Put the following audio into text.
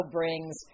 brings